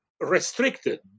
restricted